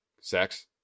sex